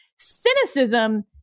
cynicism